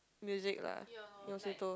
music lah musical